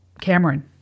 Cameron